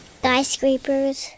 skyscrapers